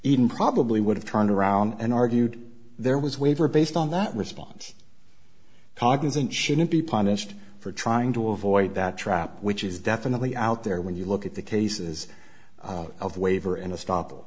even probably would have turned around and argued there was waiver based on that response pardons and shouldn't be punished for trying to avoid that trap which is definitely out there when you look at the cases of waiver in a stop